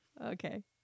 Okay